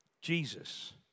Jesus